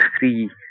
three